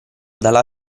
dalla